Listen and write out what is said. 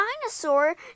dinosaur